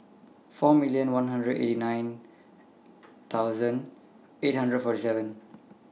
four million one hundred eighty nine thousand eight hundred forty seven